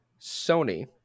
Sony